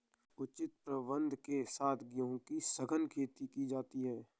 उचित प्रबंधन के साथ गेहूं की सघन खेती की जाती है